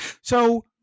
So-